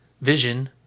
Vision